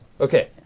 Okay